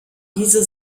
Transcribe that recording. diese